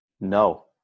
no